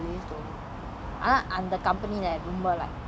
ya I don't think it's just the government companies though